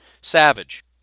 Savage